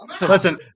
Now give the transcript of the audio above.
listen